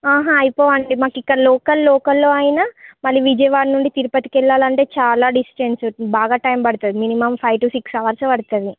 ఆహా అయిపోవండి మాకు ఇక్కడ లోకల్ లోకల్లో అయినా మళ్లీ విజయవాడ నుంచి తిరుపతికి వెళ్లాలంటే చాలా డిస్టెన్స్ బాగా టైం పడతది minimum five to six hours పడతది